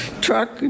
truck